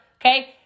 okay